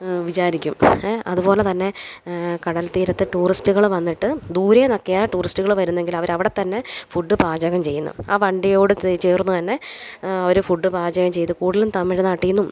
വിചാരിക്കും അതുപോലെ തന്നെ കടൽ തീരത്ത് ടൂറിസ്റ്റ്കൾ വന്നിട്ട് ദൂരെന്നൊക്കെയാണ് ടൂറിസ്റ്റ്കൾ വരുന്നതെങ്കിൽ അവരവിടെ തന്നെ ഫുഡ് പാചകം ചെയ്യുന്നു ആ വണ്ടിയോടടുത്ത് ചേർന്ന് തന്നെ അവർ ഫുഡ് പാചകം ചെയ്ത് കൂടുതലും തമിഴ്നാട്ടീന്നും